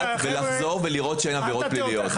ולחזור ולראות שאין עבירות פליליות.